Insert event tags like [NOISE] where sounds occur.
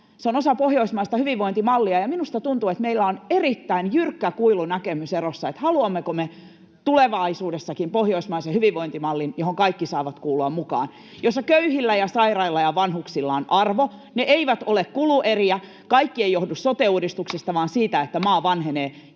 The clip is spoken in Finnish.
Se on osa pohjoismaista hyvinvointimallia, ja minusta tuntuu, että meillä on erittäin jyrkkä kuilu näkemyserossa, haluammeko me tulevaisuudessakin pohjoismaisen hyvinvointimallin, johon kaikki saavat kuulua mukaan, jossa köyhillä ja sairailla ja vanhuksilla on arvo, jossa he eivät ole kulueriä. Kaikki ei johdu sote-uudistuksesta, [NOISE] vaan siitä, että maa vanhenee,